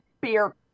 beer